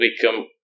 become